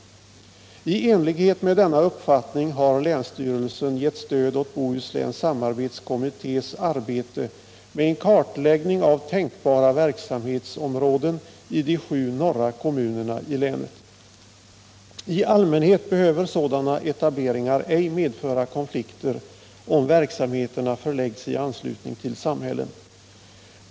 I enlighet med denna uppfattning har länsstyrelsen gett stöd åt Bohusläns Samarbetskommittés arbete med en kartläggning av tänkbara verksamhetsområden i de sju norra kommunerna i länet. I allmänhet behöver sådana etableringar ej medföra konflikter om verksamheterna förläggs i anslutning till samhällen.